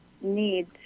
need